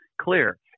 clear